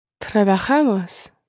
Trabajamos